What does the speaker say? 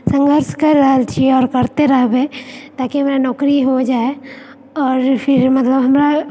संघर्ष कैर रहल छियै आओर करते रहबै ताकि हमरा नौकरी हो जाय आओर फिर मतलब हमरा